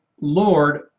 Lord